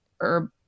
herb